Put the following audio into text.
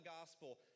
gospel